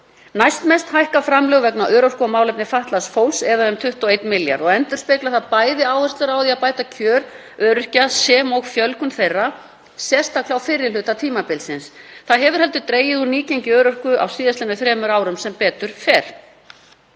Næstmest hækka framlög vegna örorku og málefna fatlaðs fólks eða um 21 milljarð og endurspeglar það áherslur á að bæta kjör öryrkja sem og fjölgun þeirra, sérstaklega á fyrri hluta tímabilsins. Það hefur heldur dregið úr nýgengi örorku á síðastliðnum þremur árum sem betur fer.